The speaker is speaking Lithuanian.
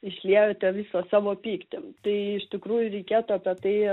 išliejote visą savo pyktį tai iš tikrųjų reikėtų apie tai